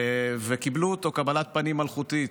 וקיבלו אותו קבלת פנים מלכותית.